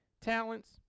talents